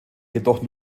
jedoch